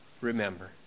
remember